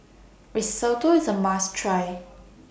Risotto IS A must Try